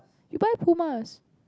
you buy Pumas